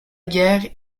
guerre